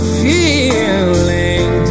feeling